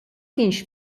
kienx